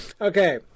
okay